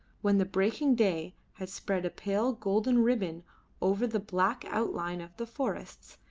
when the breaking day had spread a pale golden ribbon over the black outline of the forests,